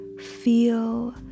Feel